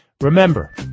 Remember